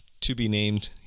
to-be-named